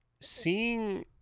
seeing